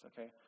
okay